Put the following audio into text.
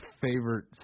favorite